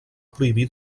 prohibir